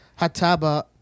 Hataba